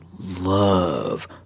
love